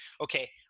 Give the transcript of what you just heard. okay